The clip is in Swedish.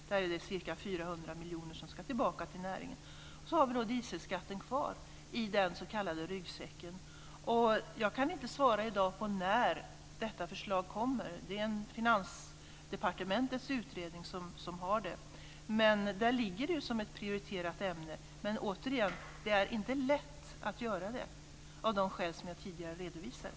Där är det ca 400 miljoner som ska tillbaka till näringen. Så har vi då diselskatten kvar i den s.k. ryggsäcken. Jag kan inte svara i dag på när detta förslag kommer. Det är Finansdepartementets utredning som har det. Där ligger det som ett prioriterat ämne. Men återigen: Det är inte lätt att göra det här - av de skäl som jag tidigare redovisade.